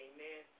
Amen